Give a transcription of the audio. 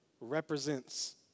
represents